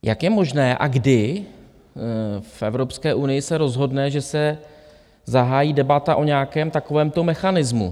Jak je možné a kdy v Evropské unii se rozhodne, že se zahájí debata o nějakém takovémto mechanismu?